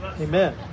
Amen